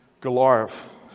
Goliath